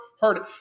heard